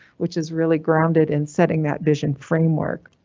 which is really grounded in setting that vision framework.